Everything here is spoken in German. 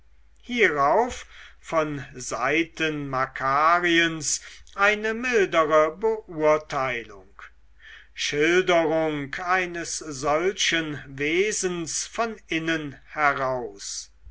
hierauf von seiten makariens eine mildere beurteilung schilderung eines solchen wesens von innen heraus